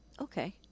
okay